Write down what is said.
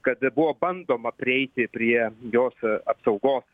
kad buvo bandoma prieiti prie jos apsaugos